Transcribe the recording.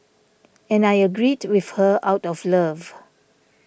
and I agreed with her out of love